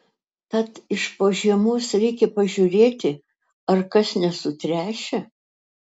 tad iš po žiemos reikia pažiūrėti ar kas nesutręšę